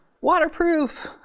waterproof